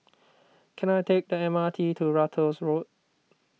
can I take the M R T to Ratus Road